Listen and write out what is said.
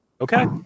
Okay